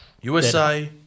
USA